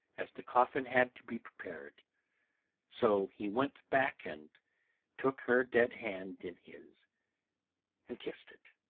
as the coffin had to be prepared so he went back and took her dead hand in his and kissed it,